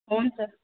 हुन्छ